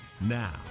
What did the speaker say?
Now